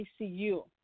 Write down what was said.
ICU